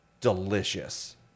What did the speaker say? delicious